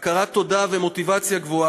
הכרת תודה ומוטיבציה גבוהה.